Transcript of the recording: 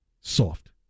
Soft